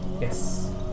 Yes